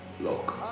look